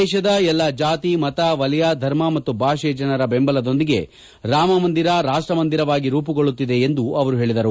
ದೇಶದ ಎಲ್ಲ ಜಾತಿ ಮತ ವಲಯ ಧರ್ಮ ಮತ್ತು ಭಾಷೆಯ ಜನರ ಬೆಂಬಲದೊಂದಿಗೆ ರಾಮ ಮಂದಿರ ರಾಷ್ಟ ಮಂದಿರವಾಗಿ ರೂಮಗೊಳ್ಳುತ್ತಿದೆ ಎಂದು ಹೇಳಿದರು